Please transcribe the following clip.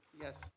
Yes